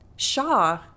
Shaw